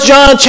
John